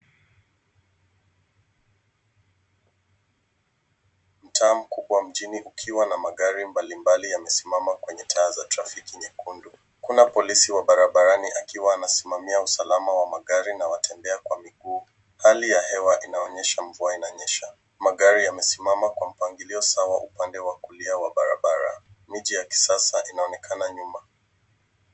Mtaa mkubwa mjini kukiwa na magari mbalimbali yamesimama kwanye taa za trafiki nyekundu, Kuna polisi wa barabarani akiwa anasimamia usalama wa magari na watembea Kwa miguu hali ya hewa inaonyesha mvua inanyesha magari imesimama Kwa mbangilio sawa Kwa ubande wa kulia wa barabara miji ya kisasa inaonekana nyuma